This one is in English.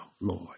Lord